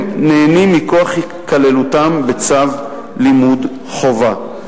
הם נהנים מכוח היכללותם בצו לימוד חובה.